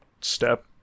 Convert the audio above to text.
step